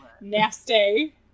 nasty